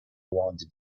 wanted